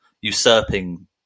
usurping